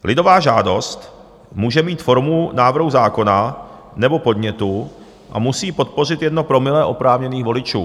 Lidová žádost může mít formu návrhu zákona nebo podnětu a musí podpořit 1 promile oprávněných voličů.